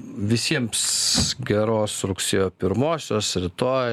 visiems geros rugsėjo pirmosios rytoj